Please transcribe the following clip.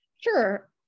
Sure